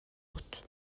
بود